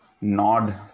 nod